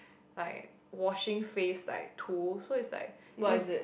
like washing face like so it's like you